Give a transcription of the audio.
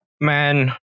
man